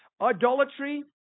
Idolatry